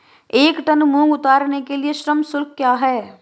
एक टन मूंग उतारने के लिए श्रम शुल्क क्या है?